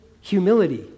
humility